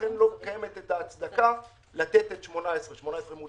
ולכן לא קיימת הצדקה לתת את 18' מול